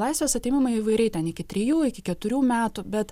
laisvės atėmimo įvairiai ten iki trijų iki keturių metų bet